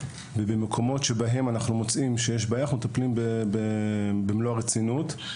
ובמקומות בהם אנחנו מוצאים שיש בעיה אנחנו מטפלים במלוא הרצינות.